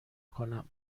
کنم